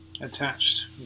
attached